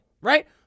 right